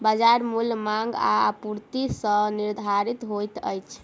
बजार मूल्य मांग आ आपूर्ति सॅ निर्धारित होइत अछि